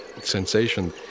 sensation